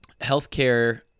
healthcare